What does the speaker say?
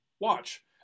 watch